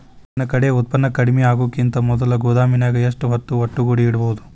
ನನ್ ಕಡೆ ಉತ್ಪನ್ನ ಕಡಿಮಿ ಆಗುಕಿಂತ ಮೊದಲ ಗೋದಾಮಿನ್ಯಾಗ ಎಷ್ಟ ಹೊತ್ತ ಒಟ್ಟುಗೂಡಿ ಇಡ್ಬೋದು?